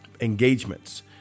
engagements